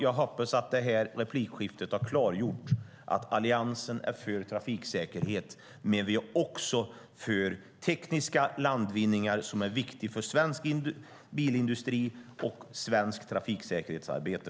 Jag hoppas att det är här replikskiftet har klartgjort att Alliansen är för trafiksäkerhet, men vi är också för tekniska landvinningar som är viktiga för svensk bilindustri och svenskt trafiksäkerhetsarbete.